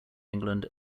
england